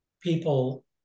people